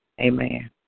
Amen